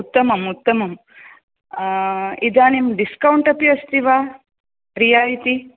उत्तमं उत्तमं इदानीं डिस्कौण्ट् अपि अस्ति वा रियायिति